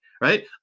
right